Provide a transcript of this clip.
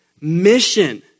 mission